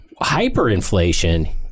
hyperinflation